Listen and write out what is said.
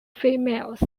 females